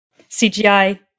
CGI